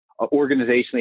organizationally